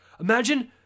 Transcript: Imagine